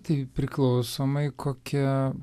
tai priklausomai kokia